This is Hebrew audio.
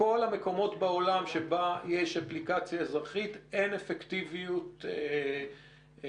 בכל המקומות בעולם שבהם יש אפליקציה אזרחית אין אפקטיביות לאפליקציה.